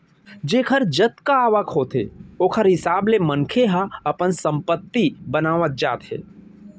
जेखर जतका आवक होथे ओखर हिसाब ले मनखे ह अपन संपत्ति बनावत जाथे